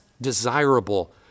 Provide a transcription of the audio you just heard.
desirable